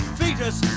fetus